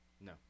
No